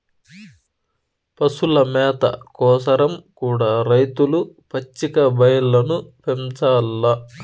పశుల మేత కోసరం కూడా రైతులు పచ్చిక బయల్లను పెంచాల్ల